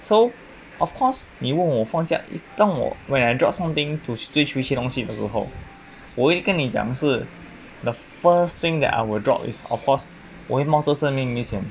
so of course 你问我放下当我 when I drop something to switch 去一些东西的时候我会跟你讲是 the first thing that I would drop is of course 我会冒着生命危险